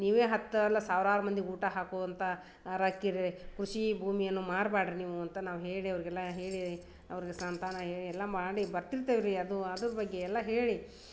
ನೀವೆ ಹತ್ತು ಅಲ್ಲ ಸಾವ್ರಾರು ಮಂದಿಗೆ ಊಟ ಹಾಕುವಂಥ ರಾಕೀರ್ ಕೃಷಿ ಭೂಮಿಯನ್ನು ಮಾರಬೇಡ್ರಿ ನೀವು ಅಂತ ನಾವು ಹೇಳಿ ಅವರಿಗೆಲ್ಲ ಹೇಳಿ ಅವರಿಗೆ ಸಂತಾನ ಹೇಳಿ ಎಲ್ಲ ಮಾಡಿ ಬರ್ತಿರ್ತೇವೆ ರೀ ಅದೂ ಅದ್ರ ಬಗ್ಗೆ ಎಲ್ಲ ಹೇಳಿ